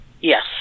Yes